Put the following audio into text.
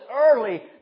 early